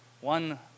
One